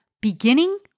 beginning